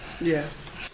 Yes